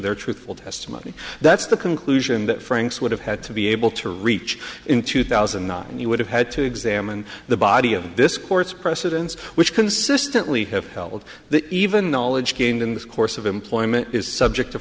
their truthful testimony that's the conclusion that franks would have had to be able to reach in two thousand and nine and he would have had to examine the body of this court's precedents which consistently have held that even knowledge gained in this course of employment is subject to